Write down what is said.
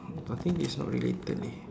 but I think this is not related leh